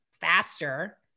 faster